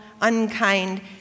unkind